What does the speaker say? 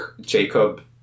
Jacob